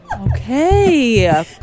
Okay